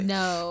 no